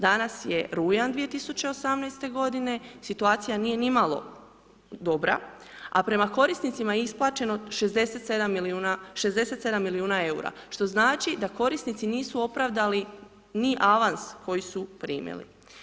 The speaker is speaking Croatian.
Danas je rujan 2018. g. situacija nije ni malo dobra, a prema korisnicima je isplaćeno 67 milijuna eura što znači da korisnici nisu opravdali ni avans koji su primili.